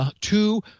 two